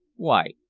why,